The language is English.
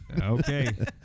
Okay